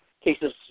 cases